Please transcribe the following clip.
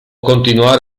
continuare